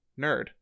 nerd